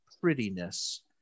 prettiness